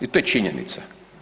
I to je činjenica.